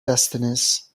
destinies